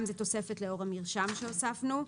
גם בתוספת לאור המרשם שהוספנו.